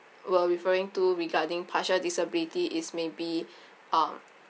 were referring to regarding partial disability is maybe um